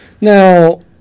Now